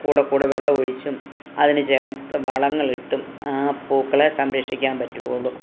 കൂടെ കൂടെ വെള്ളം ഒഴിച്ചും അതിന് ചേരുന്ന വളങ്ങൾ ഇട്ടും പൂക്കളെ സംക്ഷിക്കാൻ പറ്റുകയുള്ളു